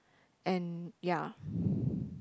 and ya